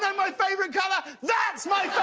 so my favorite color, that's my